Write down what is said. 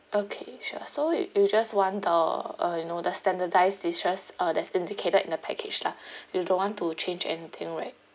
okay sure so you just want the uh you know the standardized dishes uh that's indicated in the package lah you don't want to change anything right